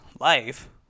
life